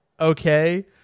okay